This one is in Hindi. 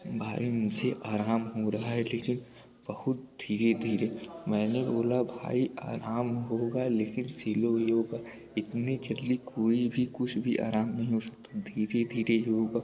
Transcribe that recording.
भाई मुझे आराम हो रहा है लेकिन बहुत धीरे धीरे मैंने बोला भाई आराम होगा लेकिन फीवर उवर का इतने जल्दी कोई भी कुछ भी आराम नहीं हो सकता धीरे धीरे ही होगा